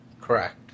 Correct